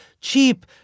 cheap